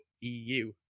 eu